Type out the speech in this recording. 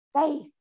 faith